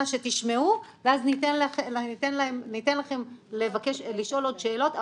שתשמעו ואז ניתן לכם לשאול עוד שאלות.